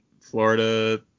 Florida